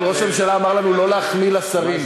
אבל ראש הממשלה אמר לנו לא להחמיא לשרים,